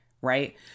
right